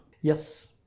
Yes